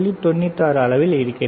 96 அளவில் இருக்கிறது